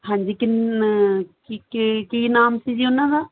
ਹਾਂਜੀ ਕਿੰਨੇ ਕੀ ਨਾਮ ਸੀ ਜੀ ਉਹਨਾਂ ਦਾ